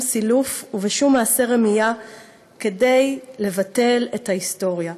סילוף ובשום מעשה רמייה כדי לבטל את ההיסטוריה,